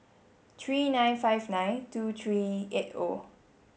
three nine five nine two three eight O